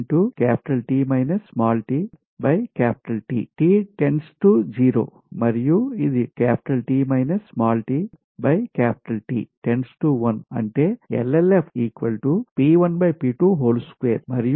ఇది మరియు ఇది అంటే మరియు మీ LF